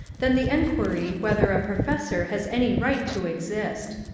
than the enquiry whether a professor has any right to exist.